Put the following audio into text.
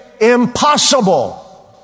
impossible